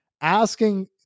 asking